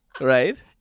right